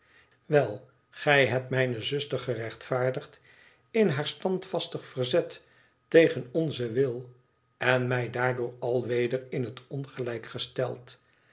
wel gij hebt mijne zuster gerechtvaardigd in haar standvastig verzet tegen onzen wil en mij daardoor alweder in het ongelijk gesteld